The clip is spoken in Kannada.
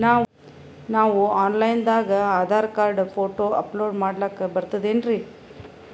ನಾವು ಆನ್ ಲೈನ್ ದಾಗ ಆಧಾರಕಾರ್ಡ, ಫೋಟೊ ಅಪಲೋಡ ಮಾಡ್ಲಕ ಬರ್ತದೇನ್ರಿ?